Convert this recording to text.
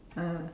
ah